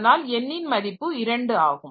அதனால் n ன் மதிப்பு 2 ஆகும்